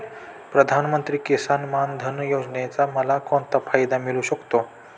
प्रधानमंत्री किसान मान धन योजनेचा मला कोणता फायदा मिळू शकतो?